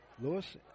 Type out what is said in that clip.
Lewis